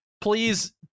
please